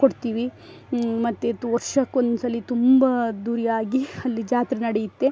ಕೊಡ್ತೀವಿ ಮತ್ತೆ ವರ್ಷಕೊಂದ್ಸಲ ತುಂಬ ಅದ್ಧೂರಿಯಾಗಿ ಅಲ್ಲಿ ಜಾತ್ರೆ ನಡೆಯುತ್ತೆ